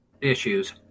issues